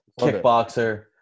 kickboxer